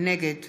נגד